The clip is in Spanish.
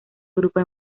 agrupa